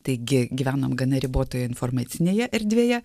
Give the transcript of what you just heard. taigi gyvenom gana ribotoje informacinėje erdvėje